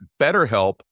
betterhelp